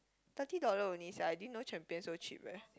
thirty dollar only sia I didn't know Champion so cheap leh